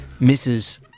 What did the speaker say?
Mrs